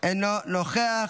אינו נוכח,